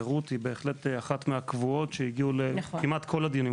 ורותי בהחלט אחת מהקבועות שהגיעו כמעט לכל הדיונים,